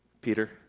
Peter